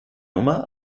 nummer